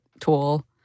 tool